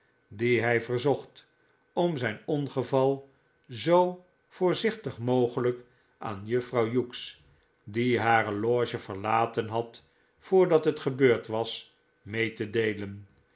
die hi verzocht om zijn ongeval zoo voorzichtig mogelijk aan juffrouw hughes die hare loge verlaten had voordat het gebeurd was mee te deelen